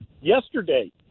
yesterday